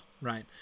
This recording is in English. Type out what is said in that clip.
Right